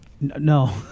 No